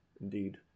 Indeed